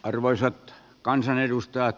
arvoisat kansanedustajat